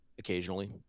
occasionally